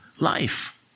life